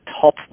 top